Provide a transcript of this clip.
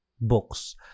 books